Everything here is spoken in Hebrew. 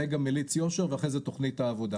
רגע מליץ יושר ואחרי זה תוכנית העבודה.